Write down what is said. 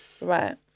Right